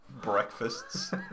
breakfasts